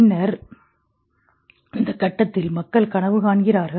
பின்னர் இந்த கட்டத்தில் மக்கள் கனவு காண்கிறார்கள்